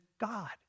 God